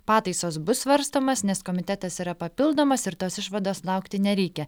pataisos bus svarstomos nes komitetas yra papildomas ir tos išvados laukti nereikia